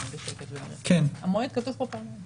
מה שאת אומר נכון גם